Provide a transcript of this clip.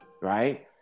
right